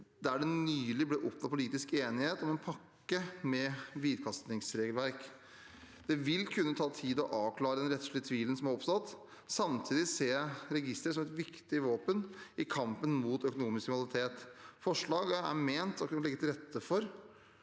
der det nylig ble oppnådd politisk enighet om en pakke med hvitvaskingsregelverk. Det vil kunne ta tid å avklare den rettslige tvilen som har oppstått. Samtidig ser jeg registeret som et viktig våpen i kampen mot økonomisk kriminalitet. Forslaget er ment å legge til rette for